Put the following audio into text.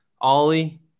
Ollie